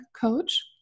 coach